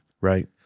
Right